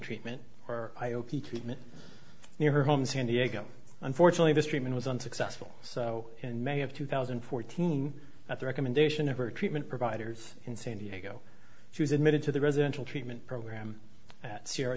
treatment or i o p treatment near her home in san diego unfortunately this treatment was unsuccessful so in may of two thousand and fourteen at the recommendation of her treatment providers in san diego she was admitted to the residential treatment program at sierra